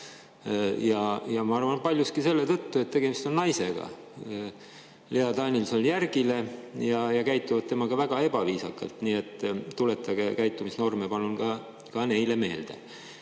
ja ma arvan, et paljuski selle tõttu, et tegemist on naisega – Lea Danilson-Järgile ja käituvad temaga väga ebaviisakalt. Tuletage palun käitumisnorme ka neile meelde.